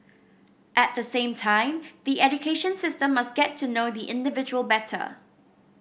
at the same time the education system must get to know the individual better